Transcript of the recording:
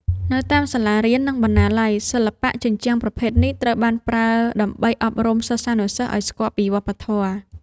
នៅតាមសាលារៀន និងបណ្ណាល័យ សិល្បៈជញ្ជាំងប្រភេទនេះត្រូវបានប្រើដើម្បីអប់រំសិស្សានុសិស្សឱ្យស្គាល់ពីវប្បធម៌។